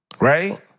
Right